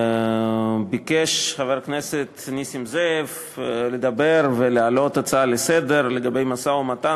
ביקש חבר הכנסת נסים זאב לדבר ולהעלות הצעה לסדר-היום לגבי המשא-ומתן